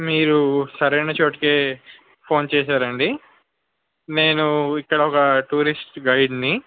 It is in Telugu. మీరు సరైన చోటుకే ఫోన్ చేశారు అండి నేను ఇక్కడ ఒక టూరిస్ట్ గైడ్ని